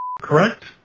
correct